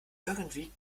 irgendwie